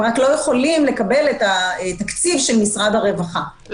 הם רק לא יכולים לקבל את התקציב של משרד הרווחה,